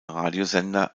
radiosender